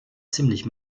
ziemlich